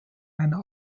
einer